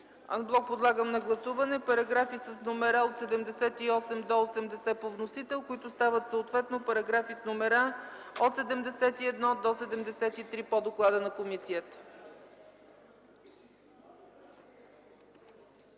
Ан блок подлагам на гласуване параграфи с номера от 78 до 80 по вносител, които стават съответно параграфи с номера от 71 до 73 по доклада на комисията.